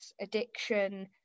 addiction